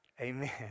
amen